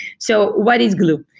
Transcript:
so what is gloo?